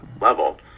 level